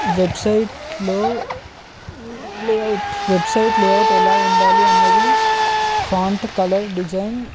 వెబ్సైట్లో layout website layout ఎలా ఉండాలి అన్నది ఫాంట్ కలర్ డిజైన్